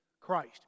Christ